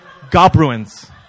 Gobruins